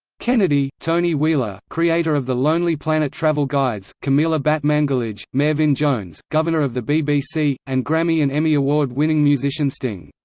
kennedy tony wheeler, creator of the lonely planet travel guides camila batmanghelidjh merfyn jones, governor of the bbc and grammy and emmy award-winning musician sting